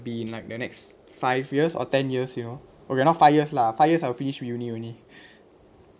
be in like the next five years or ten years you know or not five years lah five years I finish uni only